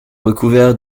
recouverts